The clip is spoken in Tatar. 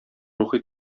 рухи